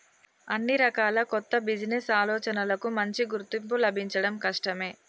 అన్ని రకాల కొత్త బిజినెస్ ఆలోచనలకూ మంచి గుర్తింపు లభించడం కష్టమే